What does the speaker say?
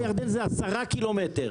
10 קילומטר.